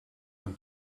aan